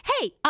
Hey